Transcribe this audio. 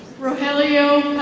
rojelio